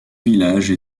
village